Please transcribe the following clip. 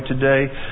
today